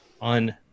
on